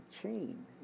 chain